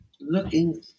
looking